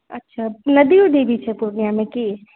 अच्छा नदी उदी भी छै पूर्णियामे की